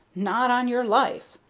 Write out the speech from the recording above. not on your life.